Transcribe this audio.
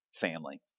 family